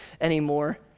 anymore